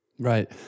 Right